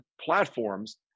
platforms